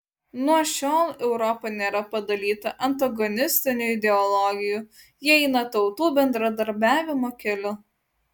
nuo šiol europa nėra padalyta antagonistinių ideologijų ji eina tautų bendradarbiavimo keliu